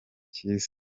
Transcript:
cyiza